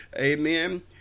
amen